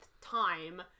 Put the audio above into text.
time